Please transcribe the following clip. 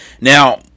Now